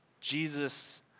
Jesus